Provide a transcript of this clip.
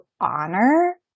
honor